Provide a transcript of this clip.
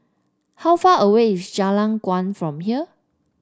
how far away is Jalan Kuang from here